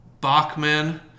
Bachman